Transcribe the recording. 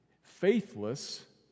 Faithless